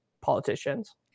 politicians